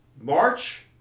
March